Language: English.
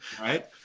Right